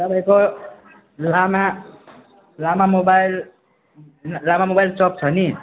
तपाईँको लामा लामा मोबाइल लामा मोबाइल सप्स हो नि